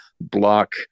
block